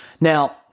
Now